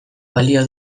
balio